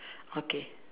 okay